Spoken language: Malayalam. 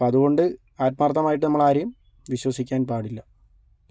അപ്പോൾ അതുകൊണ്ട് ആത്മാർത്ഥമായിട്ട് നമ്മൾ ആരെയും വിശ്വസിക്കാൻ പാടില്ല